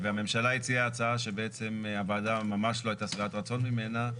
והממשלה הציעה הצעה שבעצם הוועדה ממש לא הייתה שבעת רצון ממנה.